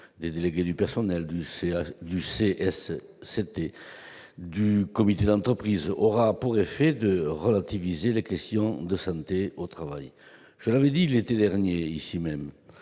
des délégués du personnel, du CHSCT et du comité d'entreprise aura pour effet de relativiser les questions de santé au travail. Je l'avais dit l'été dernier ici même